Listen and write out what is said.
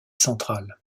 centrale